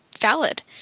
valid